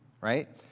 right